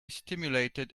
stimulated